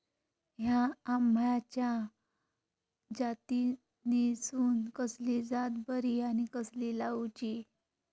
हया आम्याच्या जातीनिसून कसली जात बरी आनी कशी लाऊची?